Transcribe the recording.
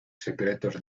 secretos